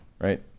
right